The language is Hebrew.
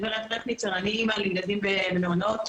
לילדים במעונות.